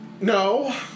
No